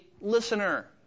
listener